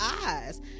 eyes